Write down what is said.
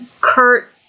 Kurt